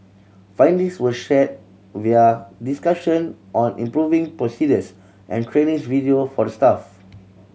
findings were shared via discussion on improving procedures and video for the staff